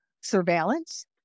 surveillance